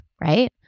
right